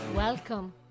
Welcome